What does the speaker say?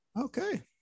Okay